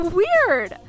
weird